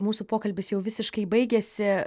mūsų pokalbis jau visiškai baigiasi